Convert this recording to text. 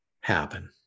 happen